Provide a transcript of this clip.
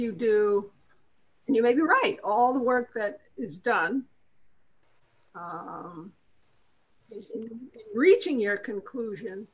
you do and you may be right all the work that is done is reaching your conclusion